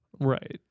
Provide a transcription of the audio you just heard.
right